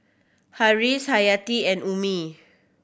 Harris Hayati and Ummi